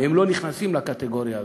הם לא נכנסים לקטגוריה הזאת.